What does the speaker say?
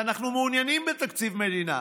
ואנחנו מעוניינים בתקציב מדינה,